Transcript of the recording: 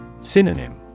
Synonym